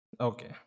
Okay